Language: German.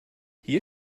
hier